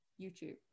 YouTube